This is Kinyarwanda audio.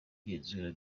genzura